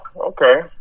okay